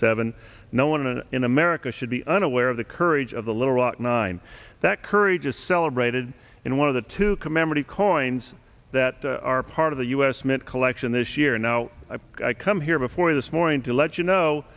seven no one in america should be unaware of the courage of the little rock nine that courage is celebrated in one of the two commemorative coins that are part of the u s mint collection this year now i've come here before this morning to let you know